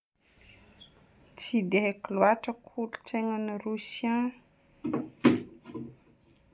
Tsy dia haiko loatra kolontsainan'i Rosia.